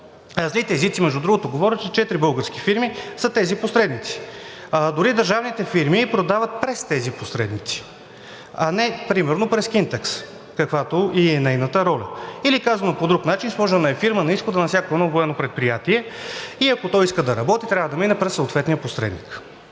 Злите езици, между другото, говорят, че четири български фирми са тези посредници. Дори държавните фирми продават през тези посредници, а не примерно през „Кинтекс“, каквато е и нейната роля. Или казано по друг начин: сложена е фирма на изхода на всяко едно военно предприятие и ако то иска да работи, трябва да мине през съответния посредник.